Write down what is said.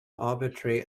arbitrary